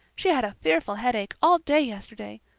she had a fearful headache all day yesterday.